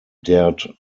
dared